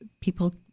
people